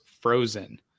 frozen